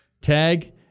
Tag